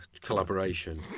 collaboration